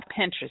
Pinterest